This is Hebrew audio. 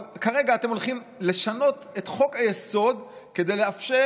אבל כרגע אתם הולכים לשנות את חוק-היסוד כדי לאפשר